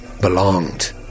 belonged